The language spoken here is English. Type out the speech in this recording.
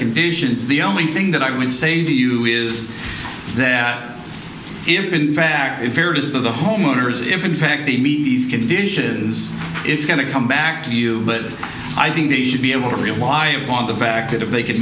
conditions the only thing that i would say to you is that in fact in fairness to the homeowners if in fact they meet these conditions it's going to come back to you but i think they should be able to rely on the fact that if they c